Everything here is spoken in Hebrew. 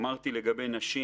אמרתי לגבי נשים